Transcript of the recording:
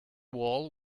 wall